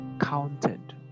counted